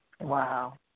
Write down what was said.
Wow